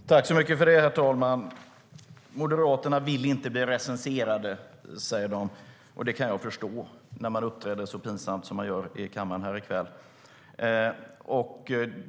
STYLEREF Kantrubrik \* MERGEFORMAT Svar på interpellationerHerr talman! Moderaterna vill inte bli recenserade. Det kan jag förstå, när man uppträder så pinsamt som man gör i kammaren i kväll.